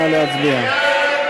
נא להצביע.